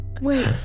Wait